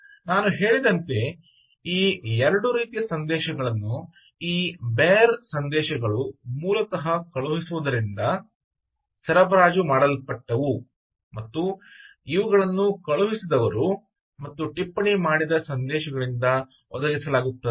ನಾನು ಹೇಳಿದಂತೆ ಈ 2 ರೀತಿಯ ಸಂದೇಶಗಳನ್ನು ಈ ಬೇರ್ ಸಂದೇಶಗಳು ಮೂಲತಃ ಕಳುಹಿಸುವವರಿಂದ ಸರಬರಾಜು ಮಾಡಲ್ಪಟ್ಟವು ಮತ್ತು ಇವುಗಳನ್ನು ಕಳುಹಿಸಿದವರು ಮತ್ತು ಟಿಪ್ಪಣಿ ಮಾಡಿದ ಸಂದೇಶಗಳಿಂದ ಒದಗಿಸಲಾಗುತ್ತದೆ